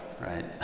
right